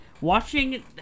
Watching